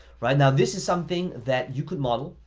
right? now, this is something that you could model.